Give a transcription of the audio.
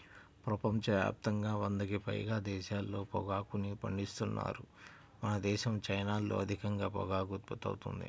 ప్రపంచ యాప్తంగా వందకి పైగా దేశాల్లో పొగాకుని పండిత్తన్నారు మనదేశం, చైనాల్లో అధికంగా పొగాకు ఉత్పత్తి అవుతుంది